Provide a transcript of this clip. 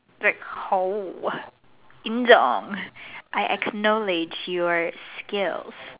like I acknowledge your skills